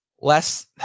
less